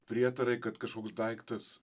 prietarai kad kažkoks daiktas